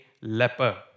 leper